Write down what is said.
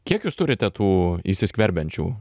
kiek jūs turite tų įsiskverbiančių